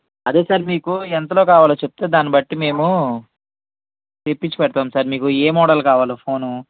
అదే సార్ మీకు ఎంతలో కావాలో చెప్తే దాన్ని బట్టి మేము తెప్పిచ్చిపెడతాం సార్ మీకు ఏ మోడల్ కావలో ఫోను